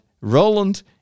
Roland